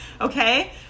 Okay